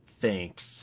Thanks